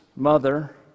mother